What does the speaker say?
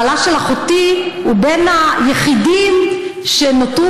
בעלה של אחותי הוא בין היחידים שנותרו